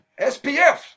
SPF